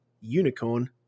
unicorn